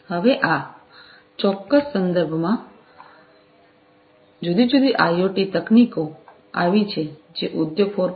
હવે આ ચોક્કસ સંદર્ભમાં જુદી જુદી આઇઓટી તકનીકીઓ આવી છે જે ઉદ્યોગ 4